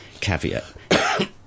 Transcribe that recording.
caveat